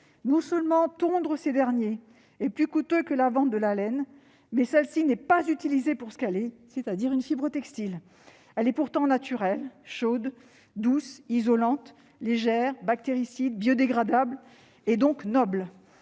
non seulement le coût de la tonte est plus élevé que le produit de la vente de la laine, mais cette dernière n'est pas utilisée pour ce qu'elle est, c'est-à-dire une fibre textile. Elle est pourtant naturelle, chaude, douce, isolante, légère, bactéricide, biodégradable, donc noble.